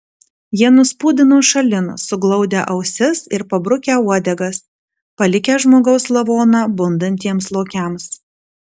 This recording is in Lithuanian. jie nuspūdino šalin suglaudę ausis ir pabrukę uodegas palikę žmogaus lavoną bundantiems lokiams